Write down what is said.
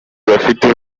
bafite